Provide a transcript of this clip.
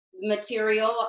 material